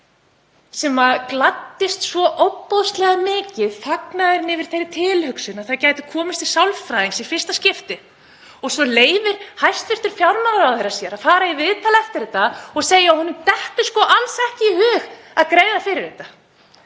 sem gladdist svo ofboðslega mikið, fagnaði þeirri tilhugsun að það gæti komist til sálfræðings í fyrsta skipti. Og svo leyfir hæstv. fjármálaráðherra sér að fara í viðtal eftir þetta og segja að honum detti sko alls ekki í hug að greiða fyrir þetta.